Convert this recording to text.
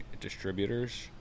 distributors